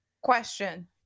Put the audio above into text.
question